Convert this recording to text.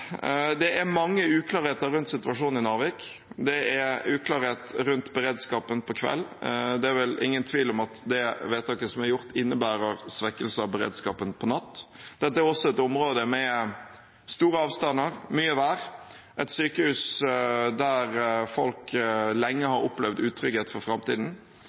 Det er mange uklarheter rundt situasjonen i Narvik. Det er uklarhet rundt beredskapen på kvelden. Det er vel ingen tvil om at det vedtaket som er gjort, innebærer svekkelse av beredskapen om natten. Dette er også et område med store avstander, mye vær og et sykehus der folk lenge har opplevd utrygghet for framtiden.